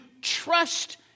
trust